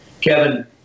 Kevin